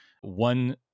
One